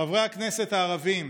חברי הכנסת הערבים,